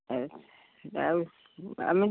ଆଚ୍ଛା ଯାଉ ଆମେ